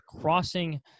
crossing